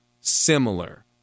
similar